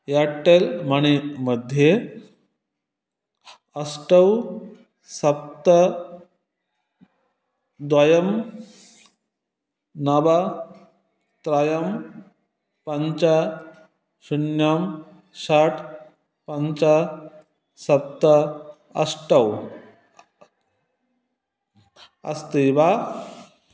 Airtel मणि मध्ये अष्ट सप्त द्वे नव त्रीणि पञ्च शून्यं षट् पञ्च सप्त अष्ट अस्ति वा